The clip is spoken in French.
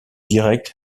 directe